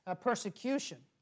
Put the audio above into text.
persecution